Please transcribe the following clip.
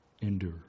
endure